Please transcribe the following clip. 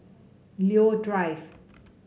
Leo Drive